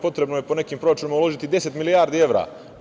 Potrebno je po nekim proračunima uložiti deset milijardi evra.